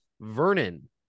Vernon